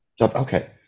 Okay